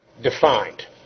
defined